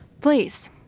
Please